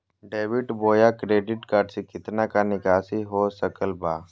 Debit बोया credit card से कितना का निकासी हो सकल बा?